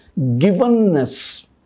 givenness